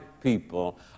people